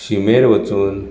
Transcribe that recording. शिमेर वचून